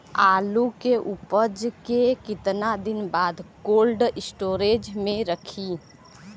आलू के उपज के कितना दिन बाद कोल्ड स्टोरेज मे रखी?